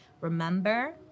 Remember